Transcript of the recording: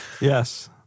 Yes